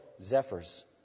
zephyrs